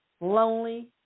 lonely